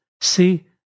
See